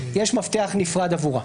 יש מפתח נפרד עבורה.